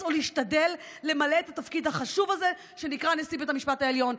או להשתדל למלא את התפקיד החשוב הזה שנקרא נשיא בית המשפט העליון.